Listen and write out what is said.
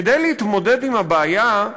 כדי להתמודד עם הבעיה,